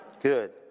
Good